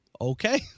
Okay